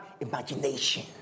imagination